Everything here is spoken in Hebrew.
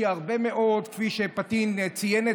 כי כפי שפטין ציין,